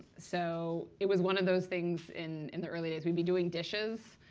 so it was one of those things in in the early days. we'd be doing dishes,